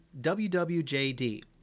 WWJD